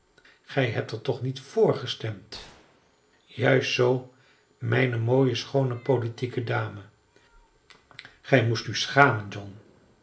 gij hebt er toch niet vr gestemd juist zoo mijne schoone politieke dame gij moest u schamen john